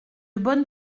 bonne